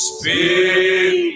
Speak